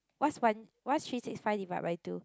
what's one what's three six five divide by two